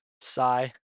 Sigh